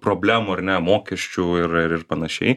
problemų ar ne mokesčių ir ir panašiai